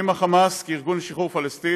עם החמאס כארגון לשחרור פלסטין,